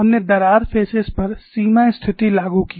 हमने दरार फेसेस पर सीमा स्थिति लागू की